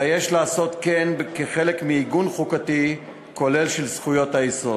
אלא יש לעשות כן כחלק מעיגון חוקתי כולל של זכויות היסוד.